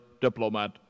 diplomat